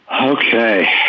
okay